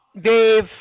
Dave